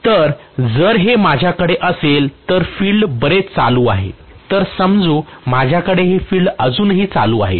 तर जर हे माझ्याकडे असेल तर फील्ड बरेच चालू आहे तर समजू माझ्याकडे हे फील्ड अजूनही चालू आहे